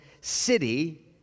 city